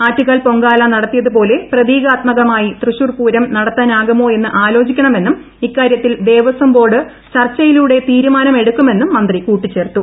ആറ്റുകാൽ പൊങ്കാല നടത്തിയതു പോലെ പ്രതീകാത്മകമായി തൃശൂർപൂരം നടത്താനാകുമോ എന്ന് ആലോചിക്കണമെന്നും ഇക്കാര്യത്തിൽ ദേവസ്വം ബോർഡ് ചർച്ചയിലൂടെ തീരുമാനം എടുക്കുമെന്നും മന്ത്രി കൂട്ടിച്ചേർത്തു